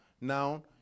Now